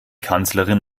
kanzlerin